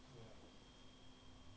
mm stop